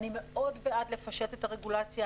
אני מאוד בעד לפשט את הרגולציה.